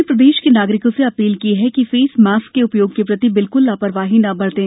उन्होंने प्रदेश के नागरिकों से अपील की है कि फेस मास्क के उपयोग के प्रति बिल्क्ल लापरवाही न बरतें